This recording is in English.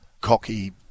cocky